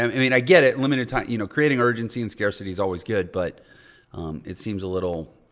um i mean i get it. limited time, you know, creating urgency and scarcity is always good but it seems a little,